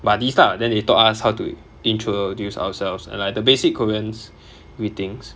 buddies lah then they taught us how to introduce ourselves and like the basic koreans greetings